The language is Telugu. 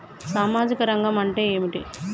సామాజిక రంగం అంటే ఏమిటి?